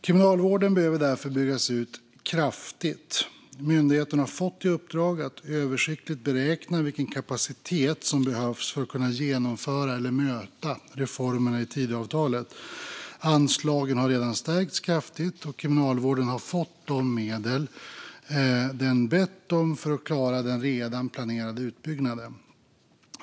Kriminalvården behöver därför byggas ut kraftigt. Myndigheten har fått i uppdrag att översiktligt beräkna vilken kapacitet som behövs för att kunna genomföra eller möta reformerna i Tidöavtalet. Anslagen har redan stärkts kraftigt, och Kriminalvården har fått de medel den bett om för att klara den redan planerade utbygganden.